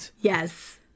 yes